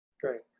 Great